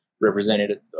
represented